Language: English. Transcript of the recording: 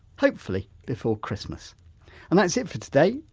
hopefully, before christmas and that's it for today.